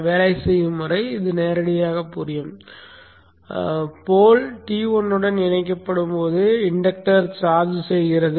வேலை செய்யும் முறை நேரடியாக புரியும் போல்ம் T1 உடன் இணைக்கப்படும் போது இண்டக்டர் சார்ஜ் செய்கிறது